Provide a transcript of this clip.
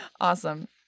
Awesome